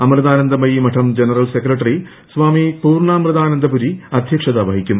അമൃതാനന്ദമയി മഠം general secretary Swami Poornamritanandapuri അധ്യക്ഷത വഹിക്കും